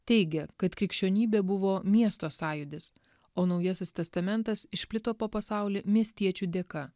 teigia kad krikščionybė buvo miesto sąjūdis o naujasis testamentas išplito po pasaulį miestiečių dėka